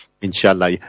Inshallah